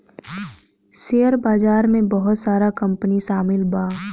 share बाजार में बहुत सारा कंपनी शामिल बा